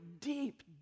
deep